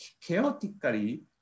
chaotically